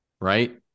Right